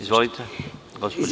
Izvolite.